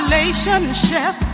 Relationship